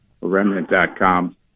remnant.com